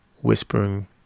whispering